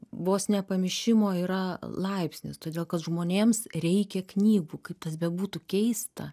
vos ne pamišimo yra laipsnis todėl kad žmonėms reikia knygų kaip tas bebūtų keista